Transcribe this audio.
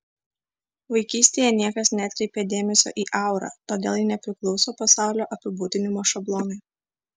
vaikystėje niekas neatkreipė dėmesio į aurą todėl ji nepriklauso pasaulio apibūdinimo šablonui